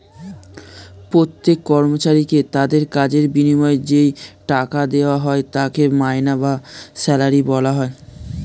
প্রত্যেক কর্মচারীকে তাদের কাজের বিনিময়ে যেই টাকা দেওয়া হয় তাকে মাইনে বা স্যালারি বলা হয়